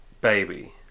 Baby